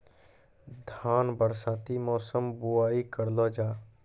धान बरसाती मौसम बुवाई करलो जा?